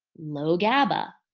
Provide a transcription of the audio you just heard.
low gaba,